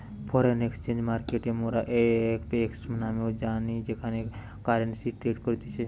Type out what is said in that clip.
foreign exchange মার্কেটকে মোরা FX নামেও জানি যেখানে কারেন্সি ট্রেড করতিছে